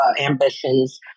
ambitions